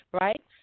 right